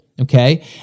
okay